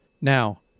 Now